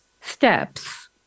steps